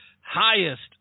highest